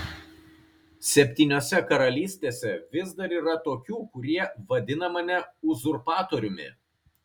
septyniose karalystėse vis dar yra tokių kurie vadina mane uzurpatoriumi